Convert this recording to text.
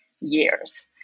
years